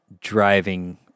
driving